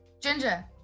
Ginger